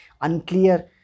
unclear